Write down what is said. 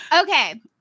Okay